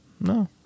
No